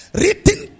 written